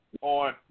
on